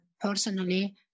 personally